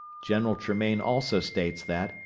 general tremaine also states that,